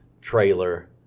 trailer